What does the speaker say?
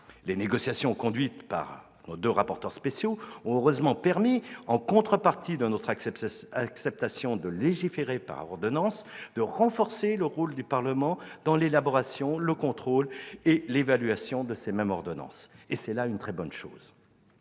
Les négociations conduites par nos deux rapporteurs spéciaux ont heureusement permis, en contrepartie de notre acceptation de légiférer par ordonnances, de renforcer le rôle du Parlement dans l'élaboration, le contrôle et l'évaluation de ces mêmes ordonnances. Il s'agit là d'une très bonne chose.